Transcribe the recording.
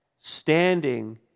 standing